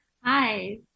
Hi